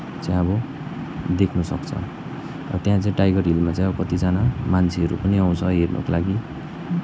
चाहिँ अब देख्न सक्छ र त्यहाँ चाहिँ टाइगर हिलमा चाहिँ अब कतिजना मान्छेहरू पनि आउँछ हेर्नुको लागि